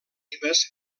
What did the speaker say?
ribes